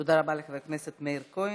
תודה רבה לחבר הכנסת מאיר כהן.